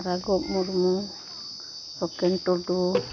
Raghab Murmu Sukhen Tudu